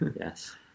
Yes